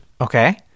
Okay